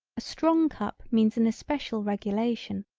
a strong cup means an especial regulation.